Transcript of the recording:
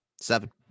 Seven